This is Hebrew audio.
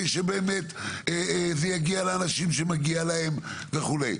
שבאמת זה יגיע לאנשים שמגיע להם וכו'.